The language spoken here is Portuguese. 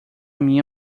minha